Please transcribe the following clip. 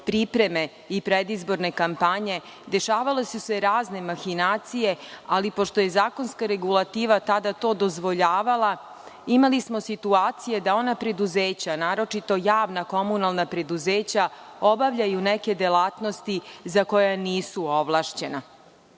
pripreme i predizborne kampanje, dešavale su se razne mahinacije, ali pošto je zakonska regulativa tada to dozvoljavala, imali smo situacije da ona preduzeća naročito javna komunalna preduzeća obavljaju neke delatnosti za koje nisu ovlašćena.Međutim,